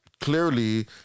clearly